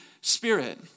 Spirit